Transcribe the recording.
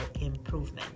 improvement